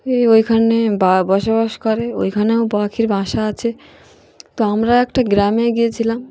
এই ওইখানে বসবাস করে ওইখানেও পাখির বাসা আছে তো আমরা একটা গ্রামে গিয়েছিলাম